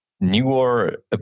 newer